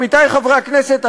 עמיתי חברי הכנסת,